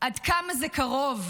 עד כמה זה קרוב.